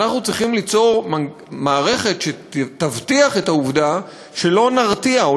ואנחנו צריכים ליצור מערכת שתבטיח את העובדה שלא נרתיע,